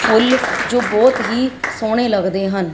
ਫੁੱਲ ਜੋ ਬਹੁਤ ਹੀ ਸੋਹਣੇ ਲੱਗਦੇ ਹਨ